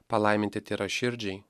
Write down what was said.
palaiminti tyraširdžiai